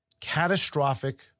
catastrophic